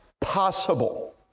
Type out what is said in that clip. possible